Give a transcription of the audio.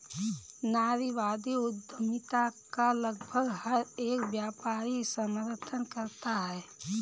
नारीवादी उद्यमिता का लगभग हर एक व्यापारी समर्थन करता है